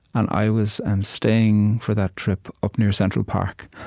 and i was um staying, for that trip, up near central park.